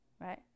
Right